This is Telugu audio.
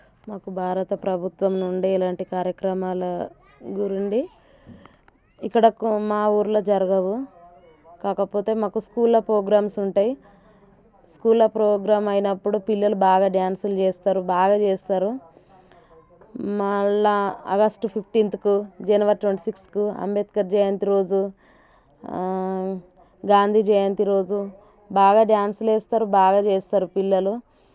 మాకు భారత ప్రభుత్వం నుండి ఇలాంటి కార్యక్రమాల గురండి ఇక్కడ మా ఊర్లో జరగవు కాకపోతే మాకు స్కూల్లో ప్రోగ్రామ్స్ ఉంటాయి స్కూల్లో ప్రోగ్రామ్ అయినప్పుడు పిల్లలు బాగా డ్యాన్సులు చేస్తారు బాగా చేస్తారు మళ్ళా ఆగస్ట్ ఫిఫ్టీన్త్కు జనవరి ట్వంటీ సిక్స్త్కు అంబేద్కర్ జయంతి రోజు గాంధీ జయంతి రోజు బాగా డ్యాన్స్లేస్తారు బాగా చేస్తారు పిల్లలు